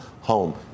home